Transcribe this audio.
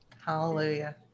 Hallelujah